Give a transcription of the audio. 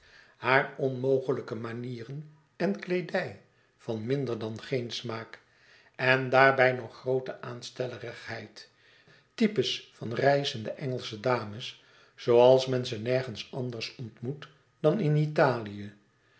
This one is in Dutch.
hare onmogelijke manieren en kleedij van minder dan geen smaak en daarbij nog groote aanstellerigheid types van reizende engelsche dames zooals men ze nergens anders ontmoet dan in italië